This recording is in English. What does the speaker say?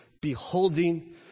beholding